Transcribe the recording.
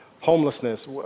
homelessness